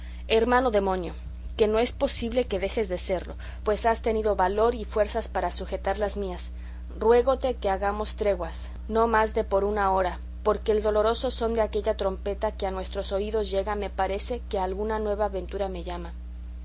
hermano demonio que no es posible que dejes de serlo pues has tenido valor y fuerzas para sujetar las mías ruégote que hagamos treguas no más de por una hora porque el doloroso son de aquella trompeta que a nuestros oídos llega me parece que a alguna nueva aventura me llama